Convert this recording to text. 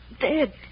dead